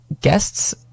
guests